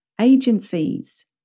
agencies